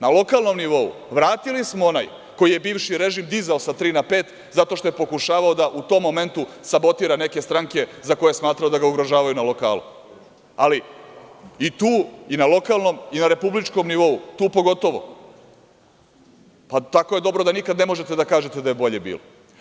Na lokalnom nivou vratili smo onaj koji je bivši režim dizao sa tri na pet, zato što je pokušavao da u tom momentu sabotira neke stranke za koje je smatrao da ga ugrožavaju na lokalu, ali i tu i na lokalnom i na republičkom nivou, tu pogotovo, tako je dobro da nikad ne možete da kažete da je bolje bilo.